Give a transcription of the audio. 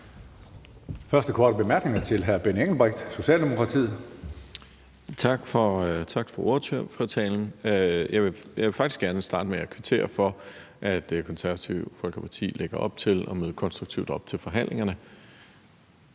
Første korte bemærkning er til hr. Benny Engelbrecht, Socialdemokratiet. Kl. 14:45 Benny Engelbrecht (S): Tak for ordførertalen. Jeg vil faktisk gerne starte med at kvittere for, at Det Konservative Folkeparti lægger op til at møde konstruktivt op til forhandlingerne.